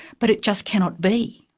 but it just cannot be.